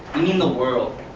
i mean the world,